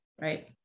Right